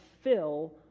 fill